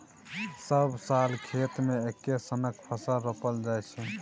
सब साल खेत मे एक्के सनक फसल रोपल जाइ छै